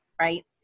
right